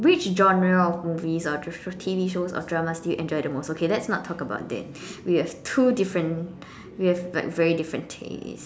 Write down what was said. which genre of movies or T_V shows or drama series you enjoy the most okay let's not talk about that we have two different we have like very different taste